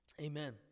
amen